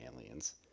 Aliens